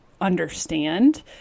understand